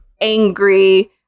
angry